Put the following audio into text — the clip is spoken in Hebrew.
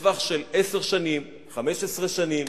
בטווח של עשר שנים, 15 שנים,